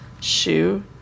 shoe